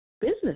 business